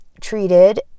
treated